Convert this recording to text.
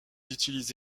utilise